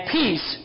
peace